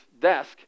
desk